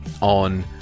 on